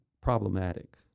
problematic